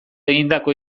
egindako